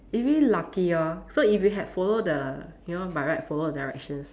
it really lucky lor so if we had follow the you know by right follow the directions